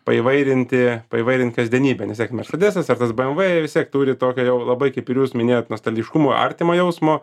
paįvairinti paįvairint kasdienybę nes tiek mersedesas ar tas bmw jie vis tiek turi tokio jau labai kaip ir jūs minėjot nostalgiškumui artimo jausmo